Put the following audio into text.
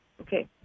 Okay